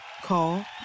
Call